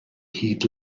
hyd